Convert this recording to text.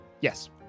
Yes